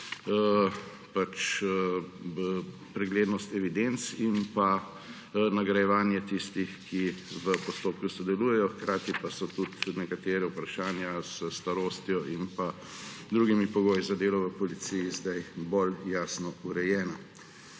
preglednost evidenc in pa nagrajevanje tistih, ki v postopku sodelujejo, hkrati pa so tudi nekatera vprašanja s starostjo in drugimi pogoji za delo v policiji zdaj bolj jasno urejena.